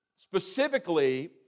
Specifically